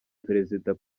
perezida